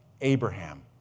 Abraham